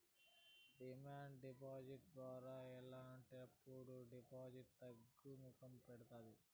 demand deposit ద్వారా ఇలాంటప్పుడు డిపాజిట్లు తగ్గుముఖం పడతాయి